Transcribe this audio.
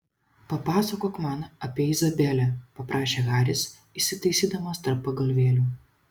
papasakok man apie izabelę paprašė haris įsitaisydamas tarp pagalvėlių